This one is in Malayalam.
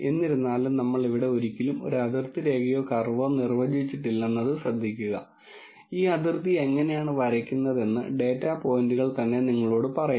എന്നിരുന്നാലും നമ്മൾ ഇവിടെ ഒരിക്കലും ഒരു അതിർത്തി രേഖയോ കർവോ നിർവചിച്ചിട്ടില്ലെന്ന് ശ്രദ്ധിക്കുക ഈ അതിർത്തി എങ്ങനെയാണ് വരയ്ക്കുന്നതെന്ന് ഡാറ്റ പോയിന്റുകൾ തന്നെ നിങ്ങളോട് പറയുന്നു